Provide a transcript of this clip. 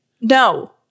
No